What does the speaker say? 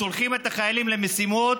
שולחים את החיילים למשימות,